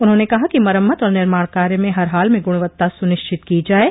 उन्होंने कहा कि मरम्मत और निर्माण काय में हर हाल में गुणवत्ता सुनिश्चित की जाये